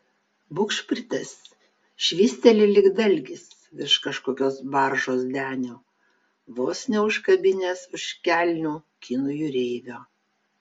bugšpritas švysteli lyg dalgis virš kažkokios baržos denio vos neužkabinęs už kelnių kinų jūreivio